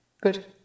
Good